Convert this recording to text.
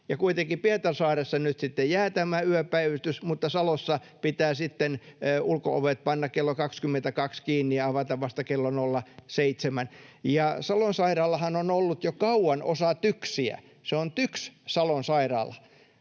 kuitenkin Pietarsaareen nyt jää tämä yöpäivystys, mutta Salossa pitää sitten ulko-ovet panna kello 22 kiinni ja avata vasta klo 07. Salon sairaalahan on ollut jo kauan osa TYKSiä, se on nimeltään TYKS Salon sairaala.